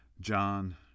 john